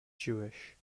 jewish